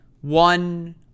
one